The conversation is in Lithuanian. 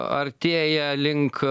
artėja link